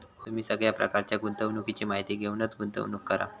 तुम्ही सगळ्या प्रकारच्या गुंतवणुकीची माहिती घेऊनच गुंतवणूक करा